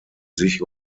sich